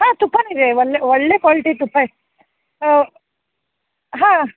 ಹಾಂ ತುಪ್ಪನೂ ಇದೆ ಒಳ್ಳೆ ಒಳ್ಳೆ ಕ್ವಾಲ್ಟಿ ತುಪ್ಪ ಹಾಂ ಹಾಂ